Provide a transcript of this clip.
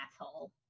asshole